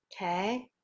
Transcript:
okay